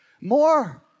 More